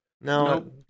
No